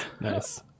nice